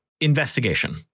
Investigation